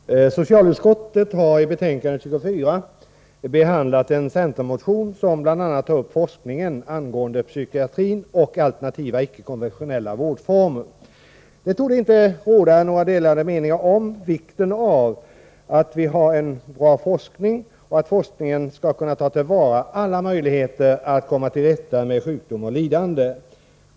Herr talman! Socialutskottet har i betänkande 24 behandlat en centermotion som bl.a. tar upp forskningen angående psykiatrin och alternativa icke konventionella vårdformer. Det torde inte råda några delade meningar om vikten av att vi har en bra forskning och att forskningen skall kunna ta till vara alla möjligheter att komma till rätta med sjukdom och lidande.